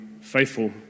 faithful